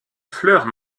fleurs